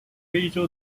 非洲